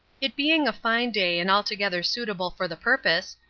it being a fine day and altogether suitable for the purpose,